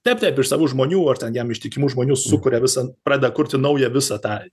taip taip iš savų žmonių ar ten jam ištikimų žmonių sukuria visą pradeda kurti naują visa tą